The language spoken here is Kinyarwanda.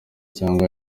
cyangwa